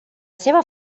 seva